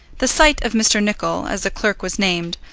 the sight of mr. nicol, as the clerk was named,